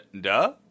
duh